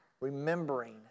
remembering